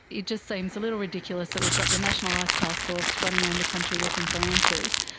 it just seems a little ridiculous that we've got the national ice taskforce running around the country looking for answers.